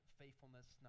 faithfulness